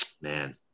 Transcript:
Man